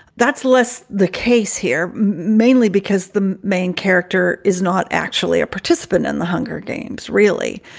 that's less the case here, mainly because the main character is not actually a participant in the hunger games. really,